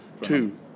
Two